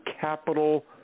capital